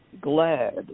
glad